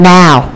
now